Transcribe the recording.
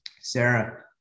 sarah